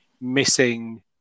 missing